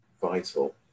vital